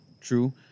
true